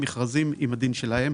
המכרזים עם הדין שלהם,